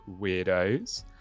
weirdos